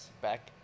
Back